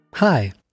Hi